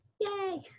Yay